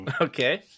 Okay